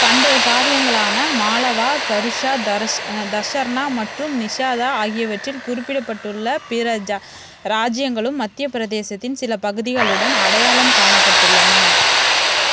பண்டைய காவியங்களான மாலவா கருஷா தரசு தசர்ணா மற்றும் நிஷாதா ஆகியவற்றில் குறிப்பிடப்பட்டுள்ள பிற ஜா ராஜ்ஜியங்களும் மத்திய பிரதேசத்தின் சில பகுதிகளுடன் அடையாளம் காணப்பட்டுள்ளன